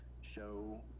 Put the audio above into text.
show